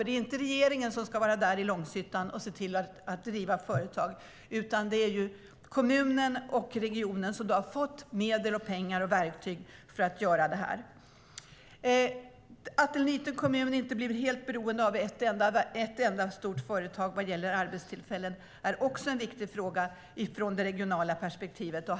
Det är inte regeringen som ska vara där i Långshyttan och se till att driva företag, utan det är kommunen och regionen, som har fått medel, pengar och verktyg för att göra det. Att en liten kommun inte blir helt beroende av ett enda stort företag vad gäller arbetstillfällen är också en viktig fråga från det regionala perspektivet.